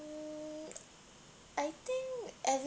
mm I think at